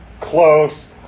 Close